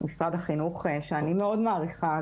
משרד החינוך,